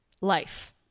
life